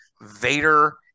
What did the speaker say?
Vader